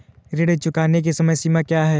ऋण चुकाने की समय सीमा क्या है?